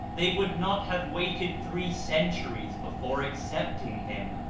they would not have waited three centuries before accepting him.